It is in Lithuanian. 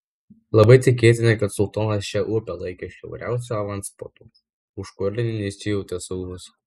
labai tikėtina kad sultonas šią upę laikė šiauriausiu avanpostu už kurio nesijautė saugus